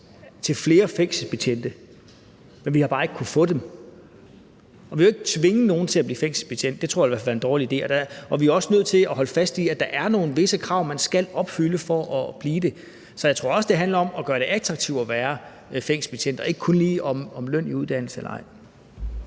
til flere fængselsbetjente – men vi har bare ikke kunnet få dem. Vi vil jo ikke tvinge nogen til at blive fængselsbetjent, det tror jeg i hvert fald ville være en dårlig idé, og vi er også nødt til at holde fast i, at der er visse krav, man skal opfylde, for at blive det. Så jeg tror også, det handler om at gøre det attraktivt at være fængselsbetjent – ikke kun lige om løn i uddannelse eller ej.